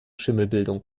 schimmelbildung